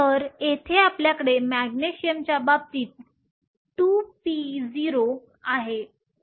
तर येथे आपल्याकडे मॅग्नेशियमच्या बाबतीत 2p0 आहे आपल्याकडे 3p0 आहे